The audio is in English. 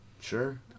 Sure